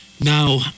Now